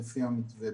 לפי המתווה.